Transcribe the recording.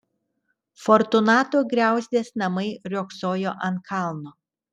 fortunato griauzdės namai riogsojo ant kalno